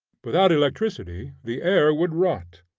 without electricity the air would rot,